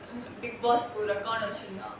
big boss வச்சிருந்தான்:vachirunthaan